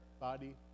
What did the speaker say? body